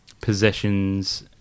possessions